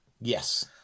Yes